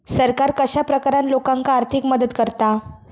सरकार कश्या प्रकारान लोकांक आर्थिक मदत करता?